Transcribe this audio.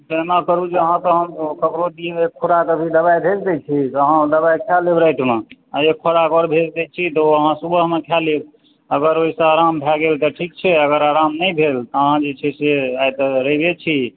तऽ एना करू जे आहाँकऽ हम ककरो दिआ एक खोराक अभी दवाइ भेज दै छी तऽ आहाँ ओ दवाइ खाय लेब रातिमे आ एक खोराक आओर भेज दै छी तऽ ओ आहाँ सुबहमे खाय लेब अगर ओहिसँ आराम भए गेल तऽ ठीक छै अगर आराम नहि भेल तऽ आहाँ जे छै से आइ तऽ रविये छी